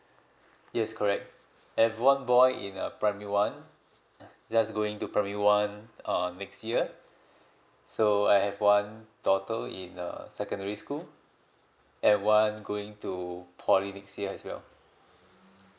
yes correct I've one boy in a primary one just going to primary one err next year so I have one daughter in uh secondary school and one going to poly next year as well